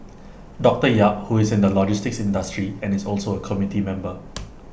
doctor yap who is in the logistics industry and is also A committee member